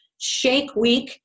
ShakeWeek